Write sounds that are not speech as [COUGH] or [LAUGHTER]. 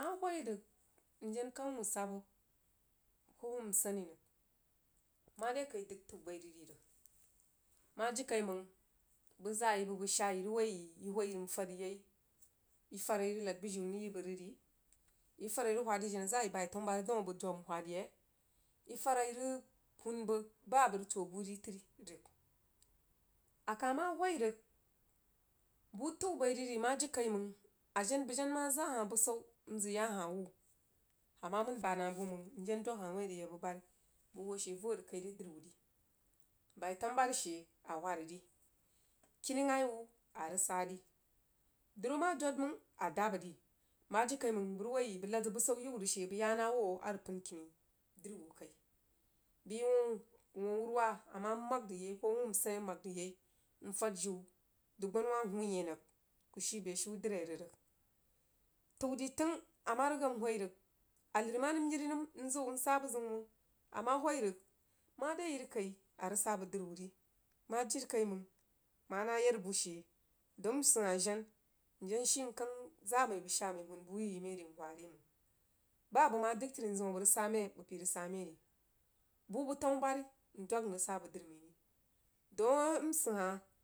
Ama whoi rig mjen kang wuh sabbah koh whuh asani rig mare kai dəj təu bai rig ri mah jirikai mang bəg zaa yi bəg bəg shaa yí rig woi yi yi fad rig yai yi fad a yi rig lad bujīu mrig yi bəg rig bai tambubari daun abəg dwag nuhad yie yi fad a yi rig hun bəg bah abəj təh buh ri tri rig akah mah whoi rig buh təu bai rig ri mah jirikaimang ajeu bəg jen mah zah hah busau mzəg yah hah wuh ana mən baad nah buh nang njen dwag hah wuin a rig yah hah buba ri bəg ho she voh ka ré drí wuh rī baí tanububari she awhad ri kinighai wuh a rig sah ri drí whh mah dod mang a dabba ri mah jirikaimang bəg rig woi nəi bəg lad zəg busau yi wuh rig she bəg yah nah wuh a rig pəin kini, dri wuh kai [UNINTELLIGIBLE] wuh awuruwah amah haag rig yai koh wum asani ah maag rig yai nfad jiu dubgbanawah uuunyeh rig kuh shi beshiu kini drie rig təu drí təing amah rigan m whoi rig ah lər mah nəm yiri nəm nzəu msah buzəu mang amah whoi rig mari yinkai a rig sah bəg kinidrī wuh ri mah jirikaimang mah nah yarbu she daun msid hah jen njen shii nkang zaa mai bəg shaa məi laad buh yi yi mai re nwha re mang bah abəg dəg tri nzəm abəg rig sah mai bəg rig sah mai ayai buh bəj tanububari ndog mrig sah bəg drí məi ri daun msid hah.